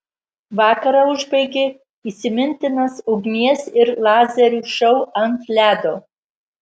vakarą užbaigė įsimintinas ugnies ir lazerių šou ant ledo